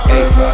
Eight